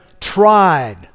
tried